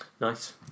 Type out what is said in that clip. Nice